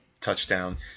touchdown